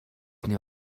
nie